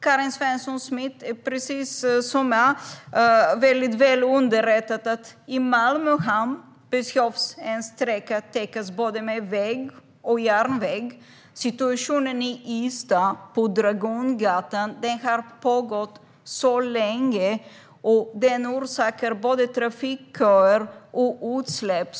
Karin Svensson Smith är väldigt väl underrättad. I Malmö hamn behöver en sträcka täckas med både väg och järnväg. Situationen på Dragongatan i Ystad har pågått länge och orsakar både trafikköer och utsläpp.